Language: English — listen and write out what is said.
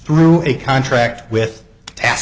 through a contract with